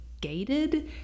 gated